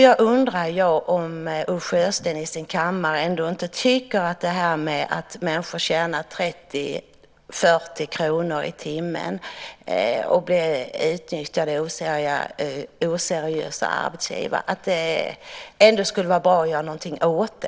Jag undrar om Ulf Sjösten i sin kammare ändå inte tycker att det skulle vara bra att göra någonting åt detta med att människor tjänar 30-40 kr i timmen och blir utnyttjade av oseriösa arbetsgivare.